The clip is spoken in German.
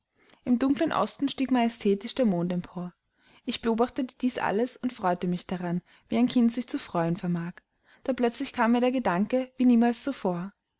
im dunklen osten stieg majestätisch der mond empor ich beobachtete dies alles und freute mich daran wie ein kind sich zu freuen vermag da plötzlich kam mir der gedanke wie niemals zuvor